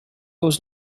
was